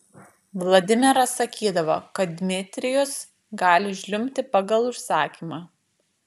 vladimiras sakydavo kad dmitrijus gali žliumbti pagal užsakymą